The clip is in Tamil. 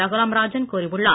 ரகுராம் ராஜன் கூறியுள்ளார்